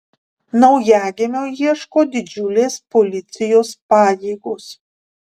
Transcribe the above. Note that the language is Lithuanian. naujagimio ieško didžiulės policijos pajėgos